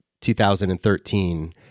2013